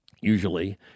usually